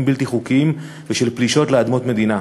בלתי חוקיים ושל פלישות לאדמות מדינה.